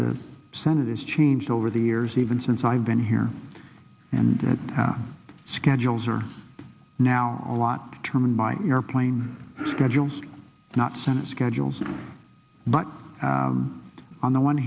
the senate has changed over the years eve since i've been here and the schedules are now a lot turman by airplane schedules not senate schedules but on the one